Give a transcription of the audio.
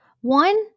One